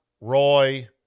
Roy